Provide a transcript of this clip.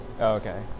Okay